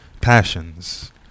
passions